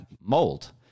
mold